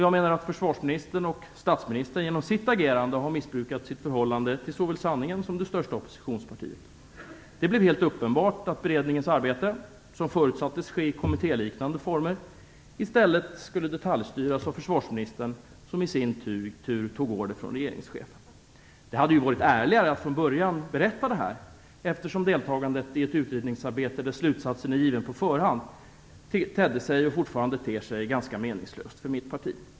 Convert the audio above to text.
Jag menar att försvarsministern och statsministern genom sitt agerande har missbrukat sitt förhållande såväl till sanningen som till det största oppositionspartiet. Det blev helt uppenbart att beredningens arbete - som förutsattes ske i kommittéliknande former - i stället skulle detaljstyras av försvarsministern, som i sin tur tog order från regeringschefen. Det hade varit ärligare att från början berätta det här, eftersom deltagande i ett utredningsarbete där slutsatsen är given på förhand tedde sig och fortfarande ter sig ganska meningslöst för mitt parti.